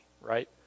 right